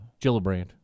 Gillibrand